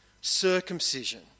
circumcision